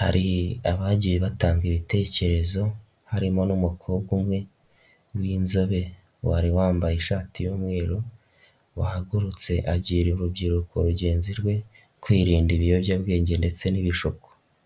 hari abagiye batanga ibitekerezo harimo n'umukobwa umwe w'inzobe wari wambaye ishati y'umweru, wahagurutse agira urubyiruko rugenzi rwe kwirinda ibiyobyabwenge ndetse n'ibishuko.